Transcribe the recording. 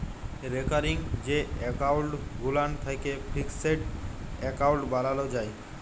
recurring যে account গুলান থ্যাকে ফিকসেড এক্কাউল্ট বালালো যায়